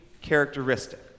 characteristic